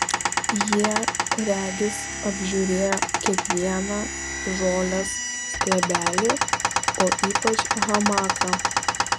jie regis apžiūrėjo kiekvieną žolės stiebelį o ypač hamaką